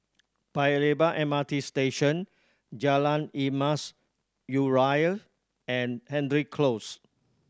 Paya Lebar M R T Station Jalan Emas Urai and Hendry Close